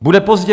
Bude pozdě.